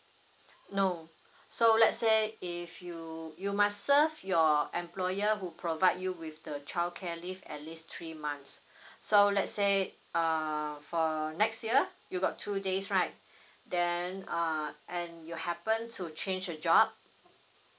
no so let say if you you must serve your employer who provide you with the childcare leave at least three months so let say um for next year you got two days right then uh and you happen to change your job